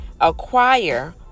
Acquire